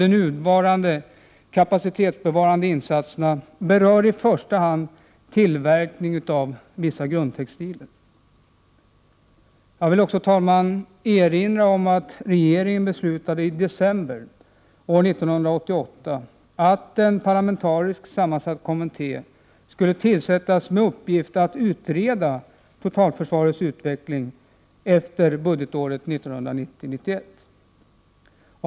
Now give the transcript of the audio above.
De nuvarande kapacitetsbevarande insatserna berör i första hand tillverkning av vissa grundtextilier. Jag vill också, herr talman, erinra om att regeringen beslutade i december år 1988 att en parlamentariskt sammansatt kommitté skulle tillsättas med uppgift att utreda totalförsvarets utveckling efter budgetåret 1990/91.